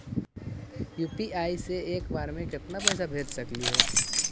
UPI से एक बार मे केतना पैसा भेज सकली हे?